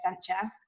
adventure